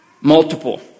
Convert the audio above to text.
multiple